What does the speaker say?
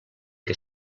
que